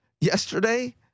yesterday